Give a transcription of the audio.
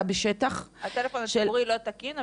בשטח כדי --- הטלפון הציבורי לא תקין,